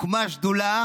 הוקמה שדולה